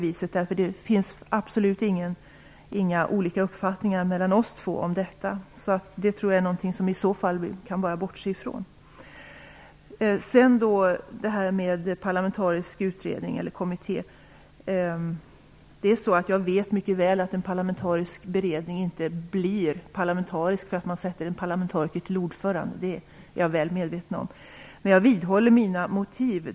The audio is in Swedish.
Vi två har absolut inte olika uppfattningar om detta, så jag tror att vi bara kan bortse från det. Jag vet mycket väl att en parlamentarisk beredning inte blir parlamentarisk för att man sätter en parlamentariker som ordförande. Jag vidhåller dock mina motiv för att ha en kommitté.